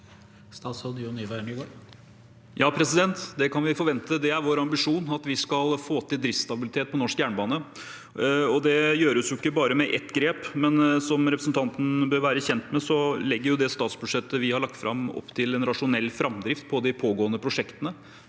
Ja, det kan vi forvente. Det er vår ambisjon at vi skal få til driftsstabilitet på norsk jernbane, og det gjøres jo ikke bare med ett grep. Som representanten bør være kjent med, legger det statsbudsjettet vi har lagt fram, opp til en rasjonell framdrift i de pågående prosjektene.